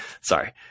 sorry